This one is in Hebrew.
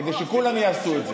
כדי שכולם יעשו את זה.